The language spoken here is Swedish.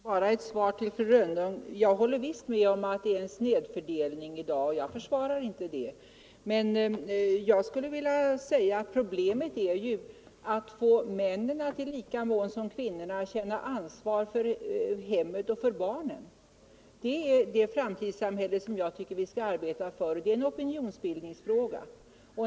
Herr talman! Jag håller visst med om, fru Rönnung, att det är en Torsdagen den snedfördelning i dag, och jag försvarar inte den. Men problemet är ju 28 november 1974 att få männen att i lika mån som kvinnorna känna ansvar för hemmet och barnen. Det är det framtidssamhället som jag tycker att vi skall — Jämställdhet arbeta för, och det är en opinionsbildningsfråga.